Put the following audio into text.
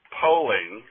polling